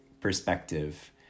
perspective